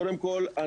קודם כל,